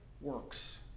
works